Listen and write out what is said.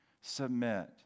submit